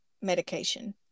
medication